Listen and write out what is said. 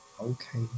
Okay